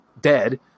dead